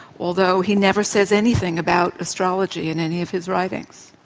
although he never says anything about astrology in any of his writings.